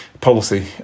policy